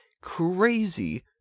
crazy